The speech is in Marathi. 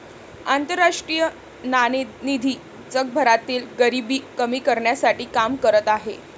आंतरराष्ट्रीय नाणेनिधी जगभरातील गरिबी कमी करण्यासाठी काम करत आहे